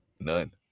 None